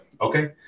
okay